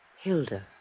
Hilda